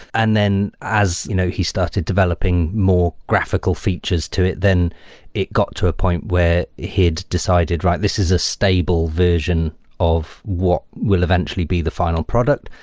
and then as you know he started developing more graphical features to it, then it got to a point where he had decided, this is a stable vision of what will eventually be the final product.